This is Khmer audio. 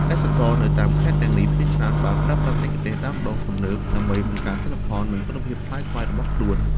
កសិករនៅតាមខេត្តទាំងនេះភាគច្រើនបានប្រើប្រាស់បច្ចេកទេសដាំដុះទំនើប ដើម្បីបង្កើនទិន្នផល និងគុណភាពផ្លែស្វាយរបស់ខ្លួន។